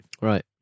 Right